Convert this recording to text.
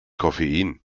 koffein